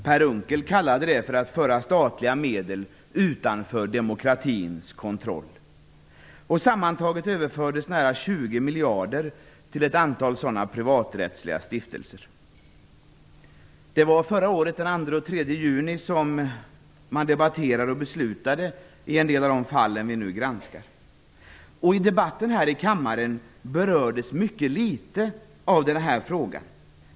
Per Unckel kallade detta för överförande av statliga medel utanför demokratins kontroll. Sammantaget överfördes nära 20 miljarder till ett antal sådana privaträttsliga stiftelser. Den 2 och 3 juni förra året debatterades och beslutades om en del av de fall som vi nu granskar. I debatten här i kammaren berördes denna fråga mycket litet.